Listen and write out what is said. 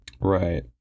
Right